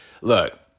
Look